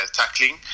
tackling